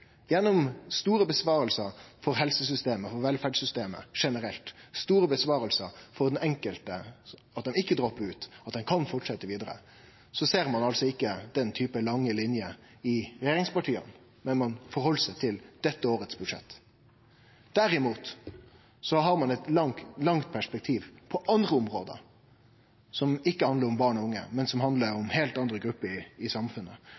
gjennom store innsparingar for helsesystemet, for velferdssystemet generelt – store innsparingar for den enkelte ved at ein ikkje droppar ut, at ein kan fortsetje vidare – ser regjeringspartia ikkje den typen lange linjer, men held seg til budsjettet for dette året. Derimot har ein eit langt perspektiv på andre område, som ikkje handlar om barn og unge, men som handlar om heilt andre grupper i samfunnet.